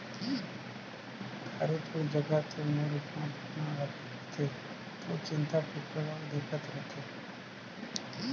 दाऊ तोर जघा तो मोर उठना बइठना लागे रथे त तोर चिंता फिकर ल देखत रथें